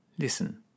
Listen